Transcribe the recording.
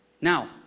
Now